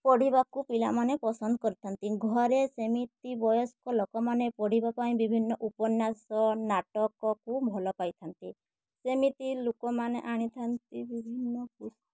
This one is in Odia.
ପଢ଼ିବାକୁ ପିଲାମାନେ ପସନ୍ଦ କରିଥାନ୍ତି ଘରେ ସେମିତି ବୟସ୍କ ଲୋକମାନେ ପଢ଼ିବା ପାଇଁ ବିଭିନ୍ନ ଉପନ୍ୟାସ ନାଟକକୁ ଭଲପାଇଥାଆନ୍ତି ସେମିତି ଲୋକମାନେ ଆଣିଥାନ୍ତି ବିଭିନ୍ନ ପୁସ୍ତକ